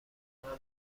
برات